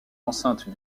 enceinte